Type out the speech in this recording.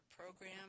program